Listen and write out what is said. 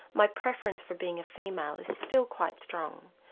my preference for being a female is still quite strong.